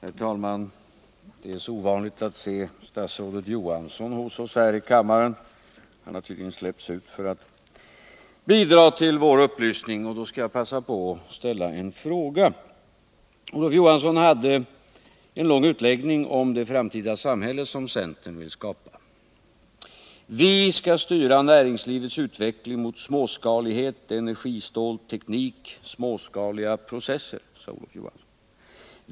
Herr talman! Det är ovanligt att se statsrådet Johansson hos oss här i kammaren. Han har tydligen släppts ut för att bidra till vår upplysning. Då skall jag passa på att ställa en fråga till honom. Olof Johansson hade en lång utläggning om det framtida samhälle som centern vill skapa. Vi skall styra näringslivets utveckling mot småskalighet, energisnål teknik och småskaliga processer, sade han.